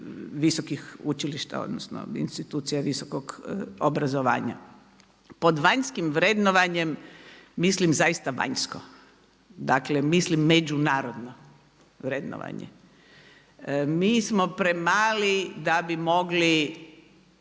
visokih učilišta odnosno institucija visokog obrazovanja. Pod vanjskih vrednovanjem mislim zaista vanjsko, dakle mislim međunarodno vrednovanje. Mi smo premali da bi mogli